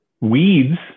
Weeds